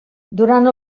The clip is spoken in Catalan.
durant